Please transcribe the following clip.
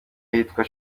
ahitwa